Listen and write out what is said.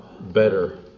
better